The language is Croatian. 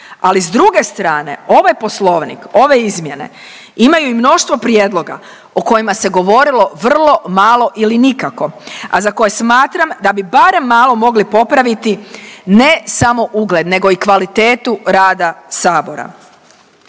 ali s druge strane, ovaj Poslovnik, ove izmjene imaju i mnoštvo prijedloga o kojima se govorilo vrlo malo ili nikako, a za koje smatram da bi barem malo mogli popraviti, ne samo ugled, nego i kvalitetu rada Sabora.